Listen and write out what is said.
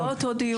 זה לא אותו דיון.